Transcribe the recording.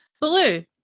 blue